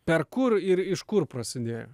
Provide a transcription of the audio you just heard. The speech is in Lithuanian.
per kur ir iš kur prasidėjo